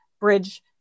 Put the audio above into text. bridge